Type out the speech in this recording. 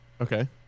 Okay